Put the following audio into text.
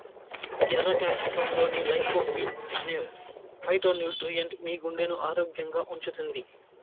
ఎర్ర క్యాప్సికమ్లోని లైకోపీన్ అనే ఫైటోన్యూట్రియెంట్ మీ గుండెను ఆరోగ్యంగా ఉంచుతుంది